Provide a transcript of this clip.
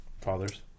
fathers